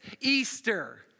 Easter